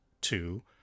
Two